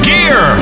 Gear